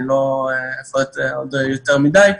לא אפרט עוד יותר מדיי,